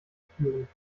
spüren